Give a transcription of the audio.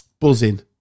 Buzzing